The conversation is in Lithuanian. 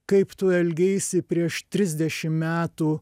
kaip tu elgeisi prieš trisdešim metų